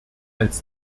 als